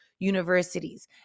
universities